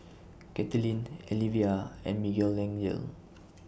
Kathlene Alivia and Miguelangel